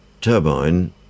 turbine